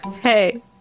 Hey